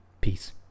Peace